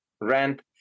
rent